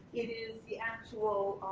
it is the actual